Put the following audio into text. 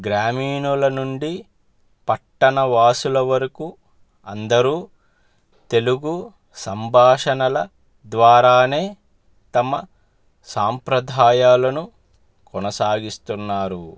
గ్రామీణుల నుండి పట్టణ వాసుల వరకు అందరూ తెలుగు సంభాషణల ద్వారానే తమ సాంప్రదాయాలను కొనసాగిస్తున్నారు